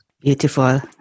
Beautiful